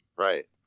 Right